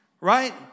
right